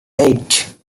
eight